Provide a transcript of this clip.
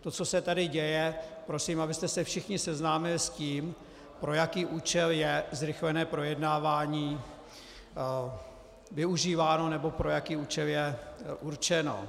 To, co se tady děje prosím, abyste se všichni seznámili s tím, pro jaký účel je zrychlené projednávání využíváno, nebo pro jaký účel je určeno.